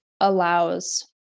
allows